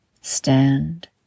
stand